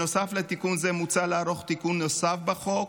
נוסף לתיקון זה מוצע לערוך תיקון נוסף בחוק,